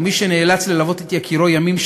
ומי שנאלץ ללוות את יקירו ימים,